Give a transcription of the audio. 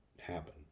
happen